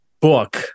book